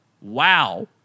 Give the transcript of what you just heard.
Wow